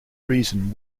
reason